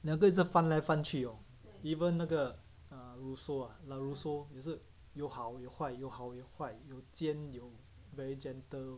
两个一直翻来翻去 orh even 那个 err russo ah russo 也是有好有坏有好有坏有尖有 very gentle